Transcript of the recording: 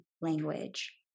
language